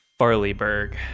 Farleyberg